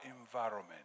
environment